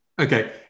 Okay